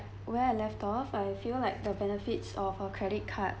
where I left off I feel like the benefits of a credit card